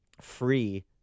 free